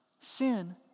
sin